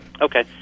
Okay